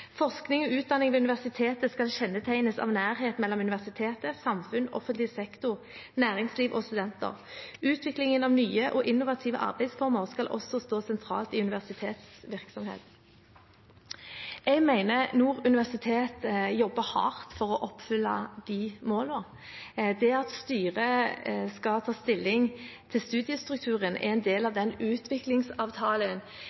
Forskning og utdanning ved universitetet skal kjennetegnes av nærhet mellom universitetet, samfunn, offentlig sektor, næringsliv og studenter. Utvikling av nye og innovative arbeidsformer skal også stå sentralt i universitetets virksomhet.» Jeg mener at Nord universitet jobber hardt for å oppfylle disse målene. Det at styret skal ta stilling til studiestrukturen, er en del